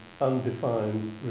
undefined